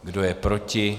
Kdo je proti?